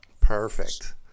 Perfect